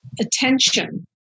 attention